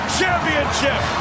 Championship